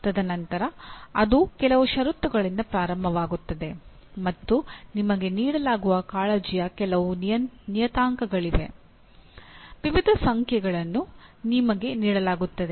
ತದನಂತರ ಅದು ಕೆಲವು ಷರತ್ತುಗಳಿಂದ ಪ್ರಾರಂಭವಾಗುತ್ತದೆ ಮತ್ತು ನಿಮಗೆ ನೀಡಲಾಗುವ ಕಾಳಜಿಯ ಕೆಲವು ನಿಯತಾಂಕಗಳಿವೆ ವಿವಿಧ ಸಂಖ್ಯೆಗಳನ್ನು ನಿಮಗೆ ನೀಡಲಾಗುತ್ತದೆ